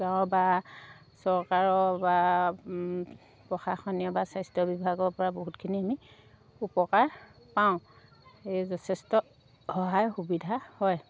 গাঁৱৰ বা চৰকাৰৰ বা প্ৰশাসনীয় বা স্বাস্থ্য বিভাগৰ পৰা বহুতখিনি আমি উপকাৰ পাওঁ এই যথেষ্ট সহায় সুবিধা হয়